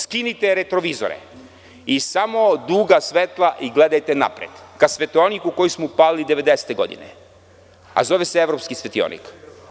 Skinite retrovizore i samo duga svetla i gledajte napred ka svetioniku koji smo upalili 1990. godine, a zove se evropski svetionik.